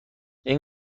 این